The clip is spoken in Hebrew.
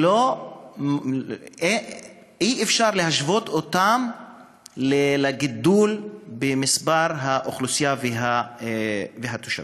ואי-אפשר להשוות אותו לגידול במספר התושבים באוכלוסייה.